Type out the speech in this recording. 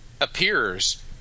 appears